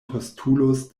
postulos